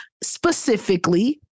specifically